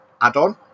add-on